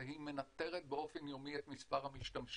והיא מנטרת באופן יומי את מספר המשתמשים,